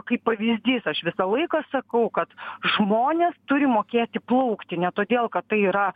kaip pavyzdys aš visą laiką sakau kad žmonės turi mokėti plaukti ne todėl kad tai yra